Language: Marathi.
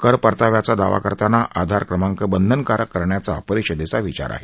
कर परताव्याचा दावा करताना आधार क्रमांक बंधनकारक करण्याचा परिषदेचा विचार आहे